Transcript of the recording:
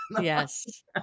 Yes